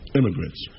immigrants